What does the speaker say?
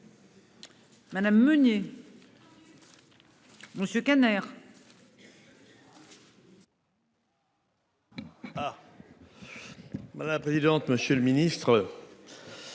Madame Meunier. Monsieur Kanner. Et à. Madame la présidente, monsieur le ministre.